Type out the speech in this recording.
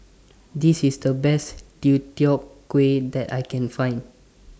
This IS The Best Deodeok Gui that I Can Find